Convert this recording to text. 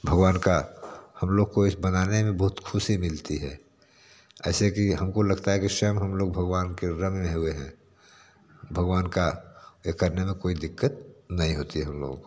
भगवान का हम लोग को इसे बनाने में बहुत खुशी मिलती है ऐसे कि हमको लगता है कि स्वयं हम लोग भगवान के रंग में हुए हैं भगवान का ये करने में कोई दिक्कत नहीं होती है हम लोगों को